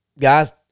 guys